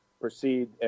proceed